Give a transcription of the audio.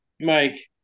Mike